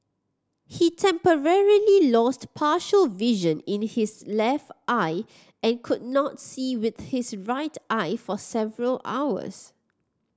he temporarily lost partial vision in his left eye and could not see with his right eye for several hours